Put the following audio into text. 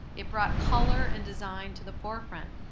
it brought color and design to the forefront.